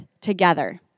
together